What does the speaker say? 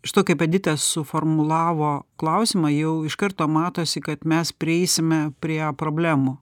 iš to kaip edita suformulavo klausimą jau iš karto matosi kad mes prieisime prie problemų